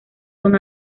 son